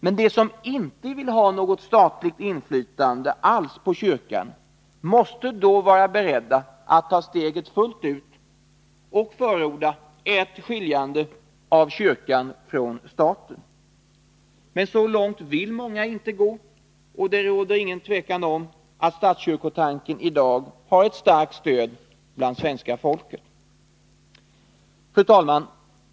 Men de som inte vill ha något statligt inflytande alls på kyrkan måste vara beredda att ta steget fullt ut och förorda ett skiljande av kyrkan från staten. Men så långt vill många inte gå, och det råder inget tvivel om att statskyrkotanken i dag har ett starkt stöd bland svenska folket. Fru talman!